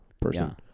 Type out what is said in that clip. person